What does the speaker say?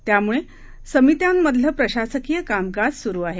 त्यामुळे समित्यांमधलं प्रशासकीय कामकाज सुरू आहे